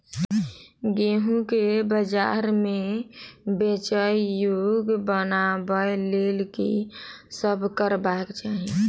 गेंहूँ केँ बजार मे बेचै योग्य बनाबय लेल की सब करबाक चाहि?